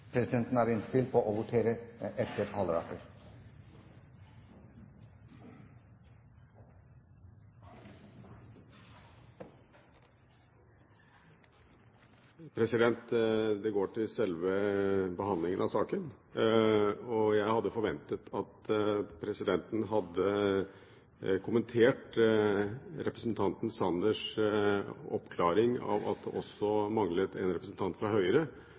Det går på selve behandlingen av saken. Jeg hadde forventet at presidenten hadde kommentert representanten Sanners oppklaring av at det også manglet en representant fra Høyre,